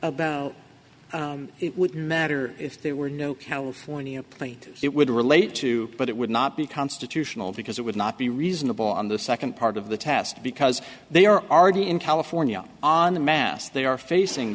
about it would matter if there were no california plea it would relate to but it would not be constitutional because it would not be reasonable on the second part of the test because they are already in california on the mass they are facing